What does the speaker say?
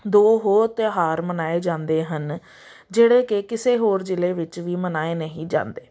ਦੋ ਹੋਰ ਤਿਉਹਾਰ ਮਨਾਏ ਜਾਂਦੇ ਹਨ ਜਿਹੜੇ ਕਿ ਕਿਸੇ ਹੋਰ ਜ਼ਿਲ੍ਹੇ ਵਿੱਚ ਵੀ ਮਨਾਏ ਨਹੀਂ ਜਾਂਦੇ